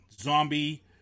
zombie